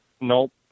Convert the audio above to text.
Nope